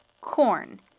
corn